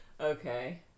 Okay